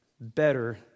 better